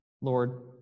Lord